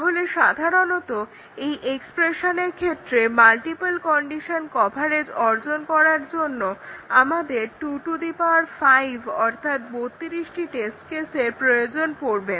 তাহলে সাধারণত এই এক্সপ্রেশনের ক্ষেত্রে মাল্টিপল কন্ডিশন কভারেজ অর্জন করার জন্য আমাদের 25 অর্থাৎ 32 টি টেস্ট কেসের প্রয়োজন পড়ে